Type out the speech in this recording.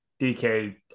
DK